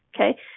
okay